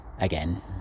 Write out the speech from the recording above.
again